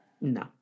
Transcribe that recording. No